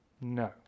No